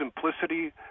simplicity